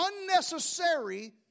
unnecessary